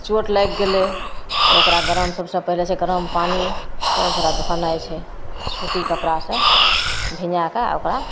चोट लागि गेलै तऽ ओकरा गरम सबसे पहिले तऽ गरम पानिसे ओकरा धोनाइ छै सूती कपड़ासे भिजैके ओकरा